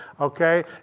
okay